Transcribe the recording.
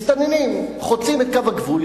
מסתננים חוצים את קו הגבול,